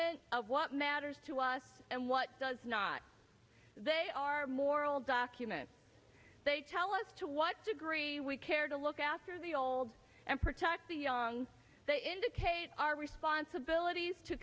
f what matters to us and what does not they are moral documents they tell us to what degree we care to look after the old and protect the young they indicate our responsibilities to